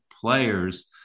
players